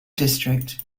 district